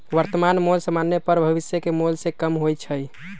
वर्तमान मोल समान्य पर भविष्य के मोल से कम होइ छइ